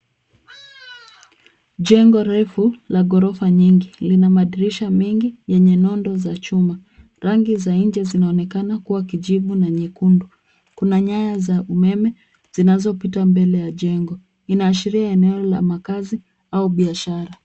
Jengo refu la ghorofa nyingi lina madirisha mengi yenye nondo za chuma. Rangi za nje zinaonekana kuwa kijivu na nyekundu. Kuna nyaya za umeme zinazopita mbele ya jengo, inaashiria eneo la makazi au biashara.